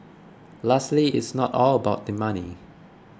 lastly it's not all about the money